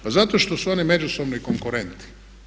Pa zato što su oni međusobno i konkurenti.